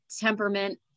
temperament